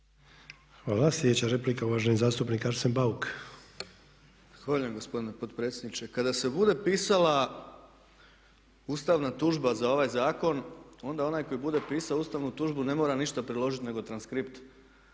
Hvala. Sljedeća replika uvaženi zastupnik Arsen Bauk. **Bauk, Arsen (SDP)** Hvala gospodine potpredsjedniče. Kada se bude pisala ustavna tužba za ovaj zakon onda onaj koji bude pisao ustavnu tužbu ne mora ništa priložiti nego transkript